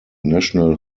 national